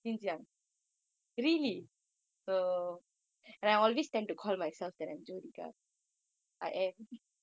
!wow!